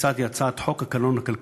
והצעתי את הצעת חוק הקלון הכלכלי,